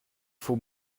faut